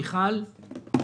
מיכל וולדיגר, בבקשה.